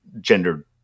gender